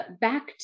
back